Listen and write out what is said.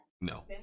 No